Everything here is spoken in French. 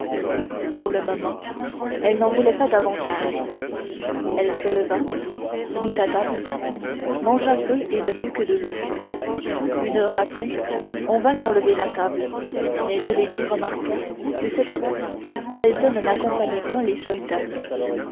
pour le moment elle n'en voulait pas davantage elle se releva se mit à table mangea peu et ne but que de l'eau une heure après on vint enlever la table mais milady remarqua que cette fois felton n'accompagnait point les soldats